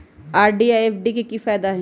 RD आ FD के कि फायदा हई?